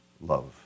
love